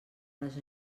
les